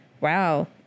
wow